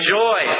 joy